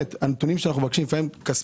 הנתונים שאנחנו מבקשים הם כספיים,